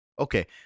Okay